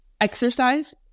exercise